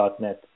net